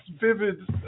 vivid